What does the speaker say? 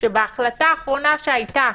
שבהחלטה האחרונה שהיתה